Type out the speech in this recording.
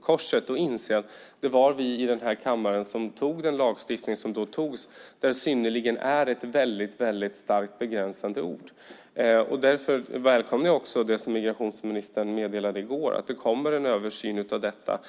korset och inse att det var vi i denna kammare som antog lagstiftningen där synnerligen är ett starkt begränsande ord. Därför välkomnar jag det som migrationsministern meddelade i går om att det kommer en översyn av detta.